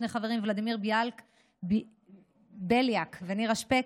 שני חברים: ולדימיר בליאק ונירה שפק,